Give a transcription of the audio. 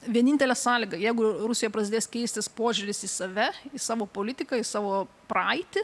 vienintelė sąlyga jeigu rusijoje prasidės keistis požiūris į save į savo politiką į savo praeitį